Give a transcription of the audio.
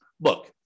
look